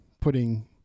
putting